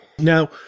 Now